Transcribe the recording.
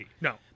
No